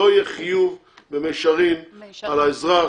לא יהיה חיוב במישרין על האזרח,